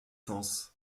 sens